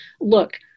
look